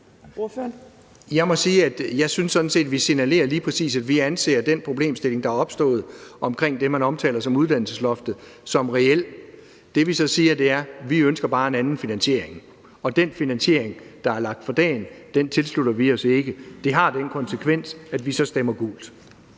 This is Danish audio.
vi lige præcis signalerer, at vi anser den problemstilling, der er opstået omkring det, man omtaler som uddannelsesloftet, som reel. Det, vi så bare siger, er, at vi ønsker en anden finansiering, og den finansiering, der er lagt for dagen, tilslutter vi os ikke. Det har den konsekvens, at vi stemmer gult.